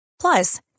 plus